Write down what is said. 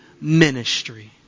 ministry